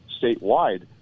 statewide